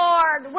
Lord